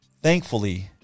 thankfully